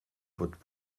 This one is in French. votre